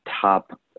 top